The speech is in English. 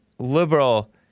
liberal